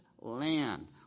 land